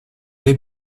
les